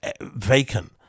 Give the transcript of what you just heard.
vacant